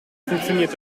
funktioniert